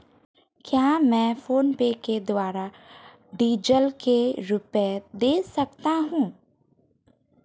क्या मैं फोनपे के द्वारा डीज़ल के रुपए दे सकता हूं?